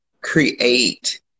create